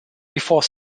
before